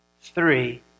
Three